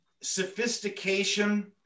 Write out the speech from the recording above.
sophistication